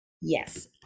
yes